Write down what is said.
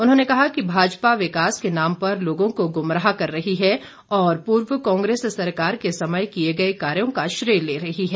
उन्होंने कहा कि भाजपा विकास के नाम पर लोगों को गुमराह कर रही है और पूर्व कांग्रेस सरकार के समय किए गए कार्यों का श्रेय ले रही है